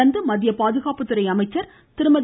தொடர்ந்து மத்திய பாதுகாப்புத்துறை அமைச்சர் திருமதி